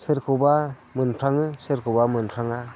सोरखौबा मोनफ्राङो सोरखौबा मोनफ्रांआ